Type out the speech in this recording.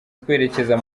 twerekeza